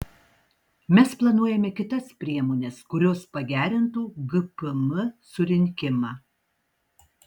mes planuojame kitas priemones kurios pagerintų gpm surinkimą